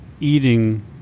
eating